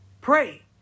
Pray